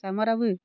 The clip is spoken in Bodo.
जामाराबो